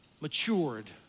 matured